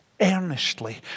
Earnestly